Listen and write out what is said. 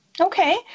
Okay